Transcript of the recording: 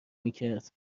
میکرد